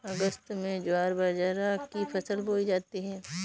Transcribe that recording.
अगस्त में ज्वार बाजरा की फसल बोई जाती हैं